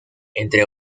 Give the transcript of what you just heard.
entre